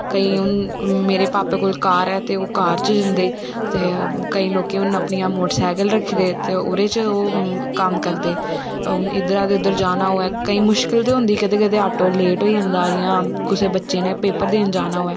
केईं हुन मेरे भापे कोल कार ऐ ते ओह् कार च जंदे ते केईं लोकें अपनियां मोटरसैकल रक्खे दे ते ओह्दे च ओह् कम्म करदे पुन इध्दरा उध्दर जाना होऐ केईं मुशकल ते होंदी कदैं कदैं ऑटो लेट होई जंदा जियां कुसै बच्चे ने पेपर देन जाना होऐ